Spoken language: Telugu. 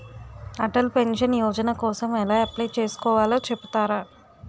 అటల్ పెన్షన్ యోజన కోసం ఎలా అప్లయ్ చేసుకోవాలో చెపుతారా?